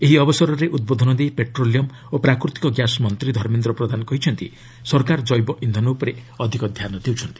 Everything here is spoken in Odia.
ଏହି ଅବସରରେ ଉଦ୍ବୋଧନ ଦେଇ ପେଟ୍ରୋଲିୟମ୍ ଓ ପ୍ରାକୃତିକ ଗ୍ୟାସ୍ ମନ୍ତ୍ରୀ ଧର୍ମେନ୍ଦ୍ର ପ୍ରଧାନ କହିଛନ୍ତି ସରକାର ଜୈବ ଇନ୍ଧନ ଉପରେ ଅଧିକ ଧ୍ୟାନ ଦେଉଛନ୍ତି